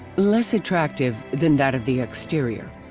less attractive than that of the exterior.